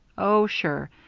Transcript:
oh, sure.